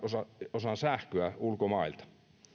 osan sähköä ulkomailta